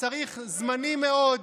זמני מאוד,